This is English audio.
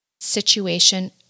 situation